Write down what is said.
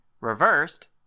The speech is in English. reversed